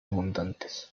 abundantes